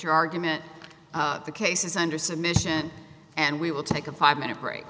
your argument the case is under submission and we will take a five minute break